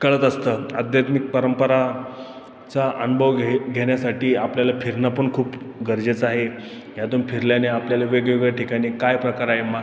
कळत असतं आध्यात्मिक परंपरा चा अनुभव घे घेण्यासाठी आपल्याला फिरणं पण खूप गरजेचं आहे ह्यातून फिरल्याने आपल्याला वेगवेगळ्या ठिकाणी काय प्रकार आहे मा